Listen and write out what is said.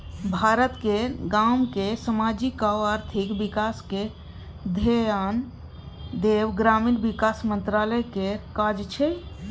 भारत केर गामक समाजिक आ आर्थिक बिकासक धेआन देब ग्रामीण बिकास मंत्रालय केर काज छै